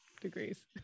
degrees